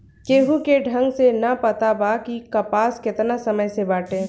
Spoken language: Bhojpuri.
केहू के ढंग से ना पता बा कि कपास केतना समय से बाटे